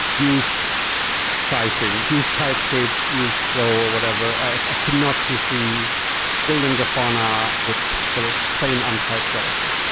use typing, use typescript, use flow or whatever. i could not foresee building grafana with sort of plane un typed javascript.